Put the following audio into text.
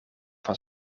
van